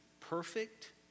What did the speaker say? perfect